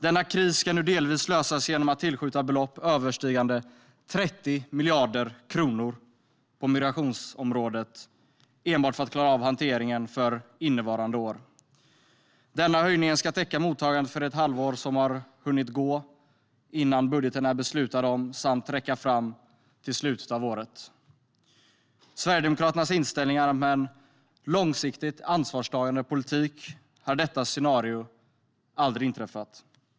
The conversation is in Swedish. Denna kris ska nu delvis lösas genom att tillskjuta belopp överstigande 30 miljarder kronor på migrationsområdet, enbart för att klara av hanteringen för innevarande år. Höjningen ska täcka mottagandet för ett halvår som har hunnit passera innan budgeten är beslutad samt räcka fram till slutet av året. Sverigedemokraternas inställning är att med en långsiktigt ansvarstagande politik hade detta scenario aldrig inträffat.